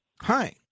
hi